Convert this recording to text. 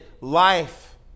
life